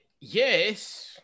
yes